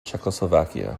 czechoslovakia